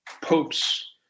Pope's